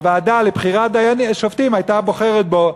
שהוועדה לבחירת שופטים הייתה בוחרת בו.